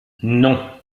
non